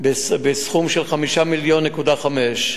בסכום של 5.5 מיליון,